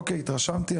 אוקיי, התרשמתי.